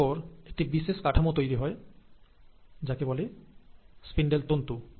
এরপর একটি বিশেষ কাঠামো তৈরি হয় যাকে বলে স্পিন্ডল তন্তু